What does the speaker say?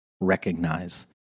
recognize